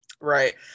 Right